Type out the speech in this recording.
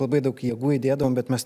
labai daug jėgų įdėdavom bet mes